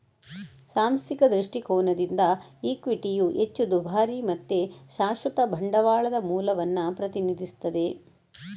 ಸಾಂಸ್ಥಿಕ ದೃಷ್ಟಿಕೋನದಿಂದ ಇಕ್ವಿಟಿಯು ಹೆಚ್ಚು ದುಬಾರಿ ಮತ್ತೆ ಶಾಶ್ವತ ಬಂಡವಾಳದ ಮೂಲವನ್ನ ಪ್ರತಿನಿಧಿಸ್ತದೆ